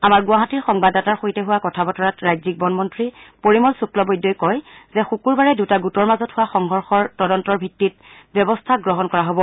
আমাৰ গুৱাহাটীৰ সংবাদদাতাৰ সৈতে হোৱা কথা বতৰাত ৰাজ্যিক বনমন্ত্ৰী পৰিমল শুক্লবৈদ্যই কয় যে শুকুৰবাৰে দুটা গোটৰ মাজত হোৱা সংঘৰ্ষৰ তদন্তৰ ভিত্তিত ব্যৱস্থা গ্ৰহণ কৰা হ'ব